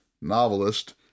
novelist